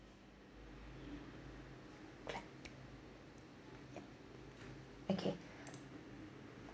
okay